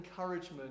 encouragement